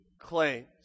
claims